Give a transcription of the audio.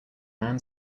man